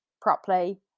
properly